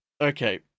okay